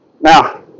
now